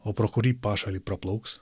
o pro kurį pašalį praplauks